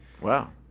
Wow